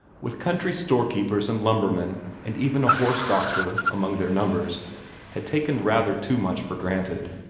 with country store-keepers and lumbermen and even a horse-doctor among their number had taken rather too much for granted,